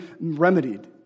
remedied